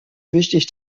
wichtig